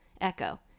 echo